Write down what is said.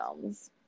films